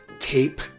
Tape